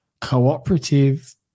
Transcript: cooperative